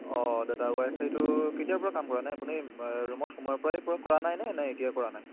অঁ দাদা ৱাই ফাইটো কেতিয়াৰ পৰা কাম কৰা নাই আপুনি ৰুমত সোমোৱাৰ পৰাই কৰা নাই নে এতিয়া কৰা নাই